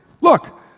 Look